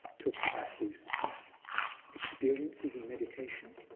talks about his experiences in meditation.